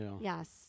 Yes